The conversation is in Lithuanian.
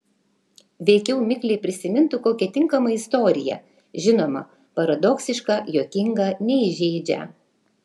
veikiau mikliai prisimintų kokią tinkamą istoriją žinoma paradoksišką juokingą neįžeidžią